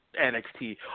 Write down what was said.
NXT